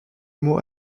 mots